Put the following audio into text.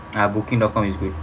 ah booking dot com is good